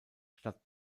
statt